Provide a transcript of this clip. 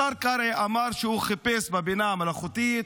השר קרעי אמר שהוא חיפש בבינה המלאכותית